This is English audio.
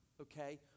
okay